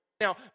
now